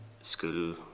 school